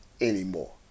anymore